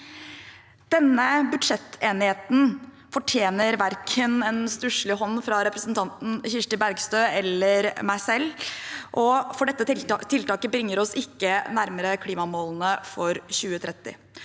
Denne budsjettenigheten fortjener verken en stusslig hånd fra representanten Kirsti Bergstø eller meg selv, for dette tiltaket bringer oss ikke nærmere klimamålene for 2030.